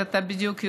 אבל אתה יודע,